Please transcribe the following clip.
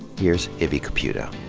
here's ibby caputo.